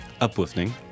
uplifting